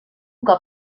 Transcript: cop